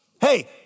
hey